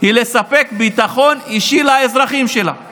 אם אלה היו אזרחים יהודים לא היינו שומעים את הפתרונות האלה.